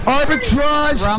Arbitrage